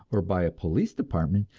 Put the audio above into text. or by a police department,